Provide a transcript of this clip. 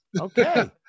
okay